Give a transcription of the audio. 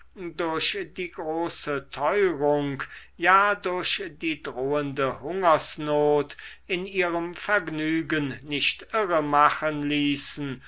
durch die große teurung ja durch die drohende hungersnot in ihrem vergnügen nicht irre machen ließen